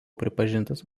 pripažintas